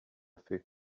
fait